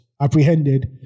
apprehended